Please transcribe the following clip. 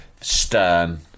stern